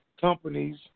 companies